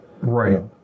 Right